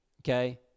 Okay